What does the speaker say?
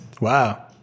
Wow